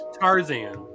Tarzan